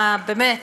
באמת,